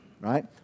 right